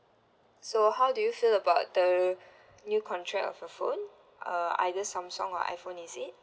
so how do you feel about the new contract of your phone uh either Samsung or iPhone is it